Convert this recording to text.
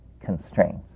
constraints